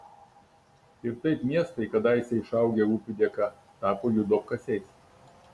ir taip miestai kadaise išaugę upių dėka tapo jų duobkasiais